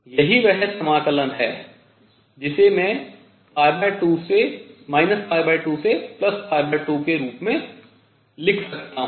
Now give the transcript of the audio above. यही वह समाकलन है जिसे मैं 2 से 2 के रूप में लिख सकता हूँ